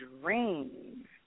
dream